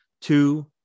two